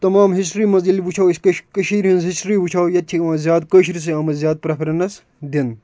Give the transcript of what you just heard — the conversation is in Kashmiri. تَمام ہسٹری منٛز ییٚلہِ وٕچھُو أسۭی کٲشیٖر ہٕنٛز ہسٹری وٕچھو ییٚتہِ چھِ یِوان زیادٕ کٲسرِسٕے آمٕژ زیادٕ پریٚفریٚنٕس دِنہٕ